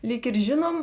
lyg ir žinom